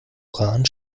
rahn